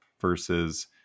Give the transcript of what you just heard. versus